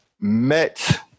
met